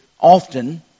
often